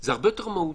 זה הרבה יותר מהותי,